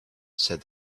said